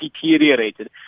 deteriorated